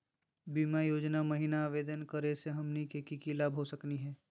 बीमा योजना महिना आवेदन करै स हमनी के की की लाभ हो सकनी हे?